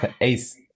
ace